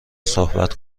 صحبت